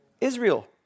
Israel